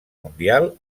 mundial